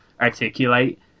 articulate